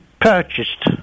purchased